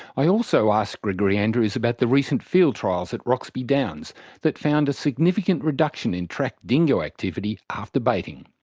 i also asked gregory andrews about the recent field trials at roxby downs that found a significant reduction in tracked dingo activity after baiting.